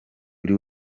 buri